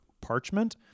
parchment